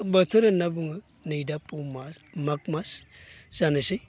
बोथोर होनना बुङो नैदा फु मास माग मास जानोसै